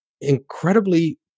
incredibly